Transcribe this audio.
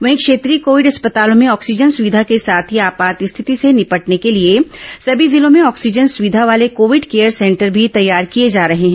वहीं क्षेत्रीय कोविड अस्पतालों में ऑक्सीजन सुविधा के साथ ही आपात स्थिति से निपटने के लिए समी जिलों में ऑक्सीजन सुविधा वाले कोविड केयर सेंटर भी तैयार किए जा रहे हैं